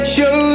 Show